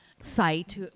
site